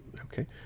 okay